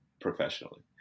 professionally